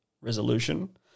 resolution